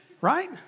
Right